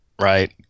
Right